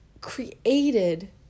created